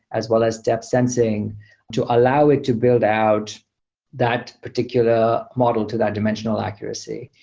as well as depth sensing to allow it to build out that particular model to that dimensional accuracy.